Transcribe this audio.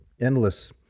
endless